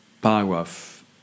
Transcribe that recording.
Paragraph